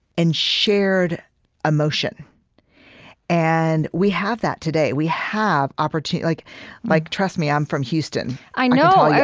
in shared emotion and we have that today. we have opportunity like like trust me. i'm from houston i know, yeah